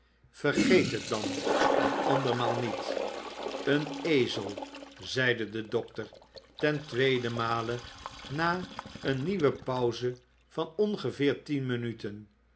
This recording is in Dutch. vergeet het dan een andermaal niet een ezel zeide de dokter ten tweeden male na eene nieuwe pauze van ongeveer tien minuten